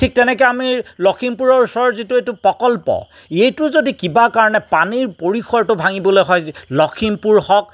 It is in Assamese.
ঠিক তেনেকে আমি লখিমপুৰৰ ওচৰত যিটো এইটো প্ৰকল্প এইটো যদি কিবা কাৰণে পানীৰ পৰিসৰটো ভাঙিবলৈ হয় লখিমপুৰ হওক